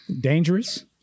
dangerous